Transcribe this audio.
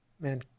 man